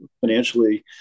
financially